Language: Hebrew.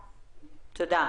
תודה.